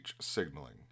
signaling